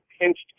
pinched